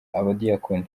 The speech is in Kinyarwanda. abadiyakoni